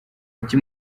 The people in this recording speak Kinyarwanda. iki